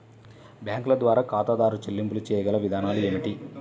బ్యాంకుల ద్వారా ఖాతాదారు చెల్లింపులు చేయగల విధానాలు ఏమిటి?